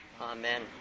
Amen